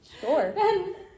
Sure